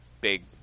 big